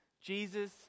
Jesus